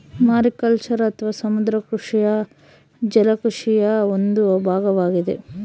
mariculture ಅಥವಾ ಸಮುದ್ರ ಕೃಷಿಯು ಜಲ ಕೃಷಿಯ ಒಂದು ಭಾಗವಾಗಿದೆ